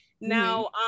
Now